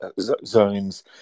zones